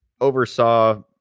oversaw